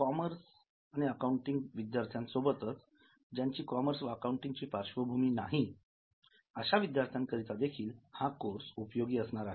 commerce accounting विद्यार्थ्यासोबतच ज्यांची commerce व अकाउंटिंग ची पार्श्वभूमी नाही अशा विद्यार्थ्यांकरीता देखील हा कोर्स उपयोगी असणार आहे